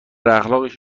اخلاقش